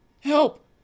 help